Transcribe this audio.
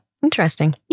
Interesting